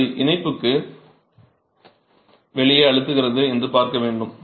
அது இணைப்புக்கு வெளியே அழுத்துகிறது என்று பார்க்க வேண்டும்